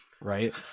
Right